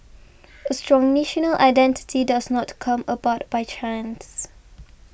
a strong national identity does not come about by chance